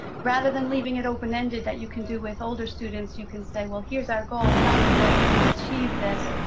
rather than leaving it open ended that you can do with older students, you can say, well here is our goal, how would you like to achieve this?